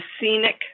scenic